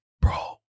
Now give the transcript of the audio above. bro